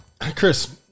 Chris